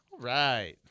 Right